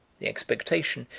the expectation,